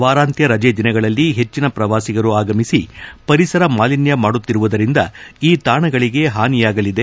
ವಾರಾಂತ್ಯ ರಜೆ ದಿನಗಳಲ್ಲಿ ಹೆಚ್ಚಿನ ಪ್ರವಾಸಿಗರು ಆಗಮಿಸಿ ಪರಿಸರ ಮಾಲಿನ್ಯ ಮಾಡುತ್ತಿರುವುದರಿಂದ ಈ ತಾಣಗಳಿಗೆ ಹಾನಿಯಾಗಲಿದೆ